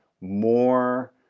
more